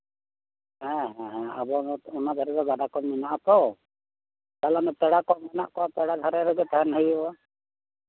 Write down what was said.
ᱦᱮ ᱦᱮᱸ ᱟᱵᱚ ᱚᱱᱟ ᱫᱷᱟᱨᱮ ᱫᱚ ᱜᱟᱰᱟ ᱠᱚ ᱢᱮᱱᱟᱜ ᱟᱛᱚ ᱛᱟᱦᱞᱮ ᱯᱮᱲ ᱠᱚ ᱢᱮᱱᱟᱜ ᱠᱚᱣᱟ ᱯᱮᱲᱟ ᱫᱷᱟᱨᱮ ᱨᱮᱜᱮ ᱛᱟᱸᱦᱮᱱ ᱦᱩᱭᱩᱜᱼᱟ